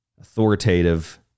authoritative